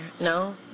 no